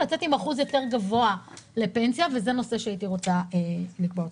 לצאת עם אחוז יותר גבוה לפנסיה וזה נושא שהייתי רוצה לדבר עליו.